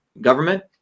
government